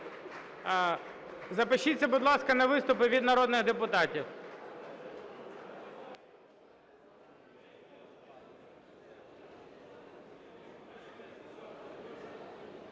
Запишіться, будь ласка, на виступи від народних депутатів.